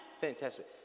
Fantastic